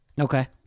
Okay